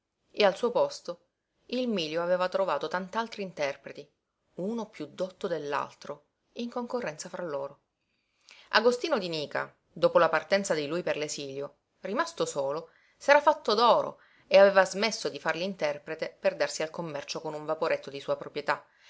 e al suo posto il mílio aveva trovato tant'altri interpreti uno piú dotto dell'altro in concorrenza fra loro agostino di nica dopo la partenza di lui per l'esilio rimasto solo s'era fatto d'oro e aveva smesso di far l'interprete per darsi al commercio con un vaporetto di sua proprietà